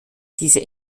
diese